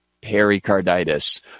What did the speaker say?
pericarditis